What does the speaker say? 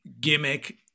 gimmick